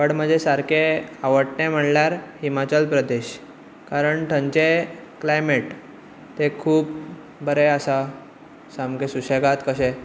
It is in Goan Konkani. बट म्हजे सारके आवडटे म्हणल्यार हिमाचल प्रदेश कारण थनचे क्लाइमट थंय खूब बरें आसा सामके सुशेगात कशें